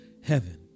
heaven